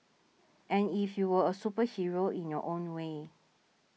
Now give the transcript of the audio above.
and if you were a superhero in your own way